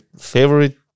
favorite